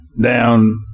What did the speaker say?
down